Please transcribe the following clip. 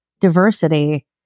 diversity